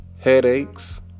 headaches